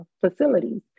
facilities